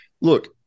Look